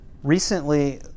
Recently